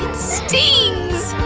stings!